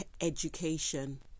education